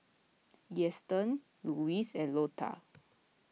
Easton Lewis and Lotta